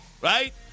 Right